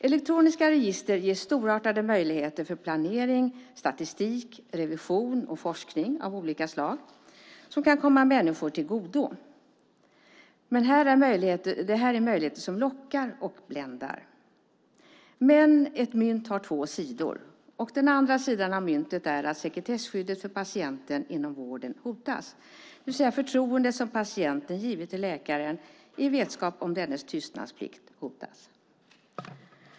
Elektroniska register ger storartade möjligheter för planering, statistik, revision och forskning av olika slag som kan komma människor till godo. Det är möjligheter som lockar och bländar. Men ett mynt har två sidor. Den andra sidan av myntet är att sekretesskyddet för patienten inom vården hotas. Det förtroende som patienten givit till läkaren i vetskap om dennes tystnadsplikt hotas.